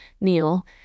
Neil